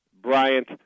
Bryant